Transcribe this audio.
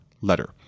letter